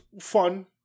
fun